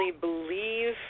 believe